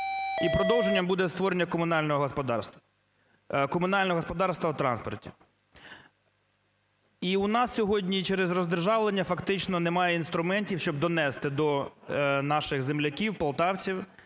І продовженням буде створення комунального господарства, комунального господарства в транспорті. І в нас сьогодні через роздержавлення фактично немає інструментів, щоб донести до наших земляків полтавців